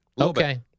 Okay